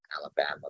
Alabama